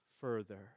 further